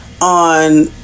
on